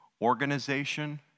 organization